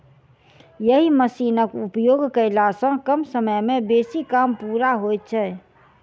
एहि मशीनक उपयोग कयला सॅ कम समय मे बेसी काम पूरा होइत छै